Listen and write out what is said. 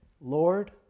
Lord